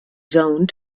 zoned